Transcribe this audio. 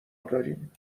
داریم